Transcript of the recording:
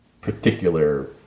particular